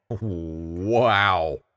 Wow